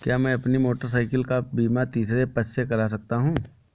क्या मैं अपनी मोटरसाइकिल का बीमा तीसरे पक्ष से करा सकता हूँ?